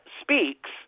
speaks